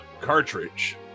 cartridge